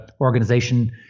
organization